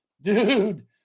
Dude